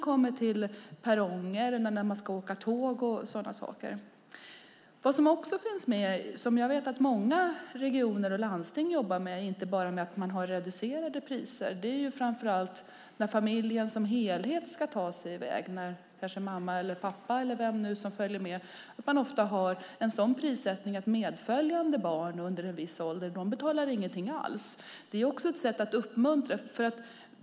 Det gäller också tågperronger med mera. Många regioner och landsting har inte bara reducerade priser, utan när en hel familj ska ut och resa betalar medföljande barn ingenting alls. Det är också ett sätt att uppmuntra.